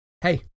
Hey